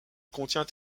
contient